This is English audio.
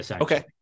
okay